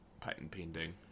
patent-pending